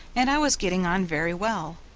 and i was getting on very well,